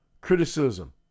criticism